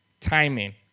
timing